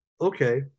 okay